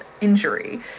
injury